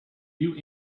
you